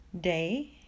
day